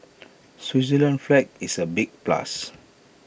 Switzerland's flag is A big plus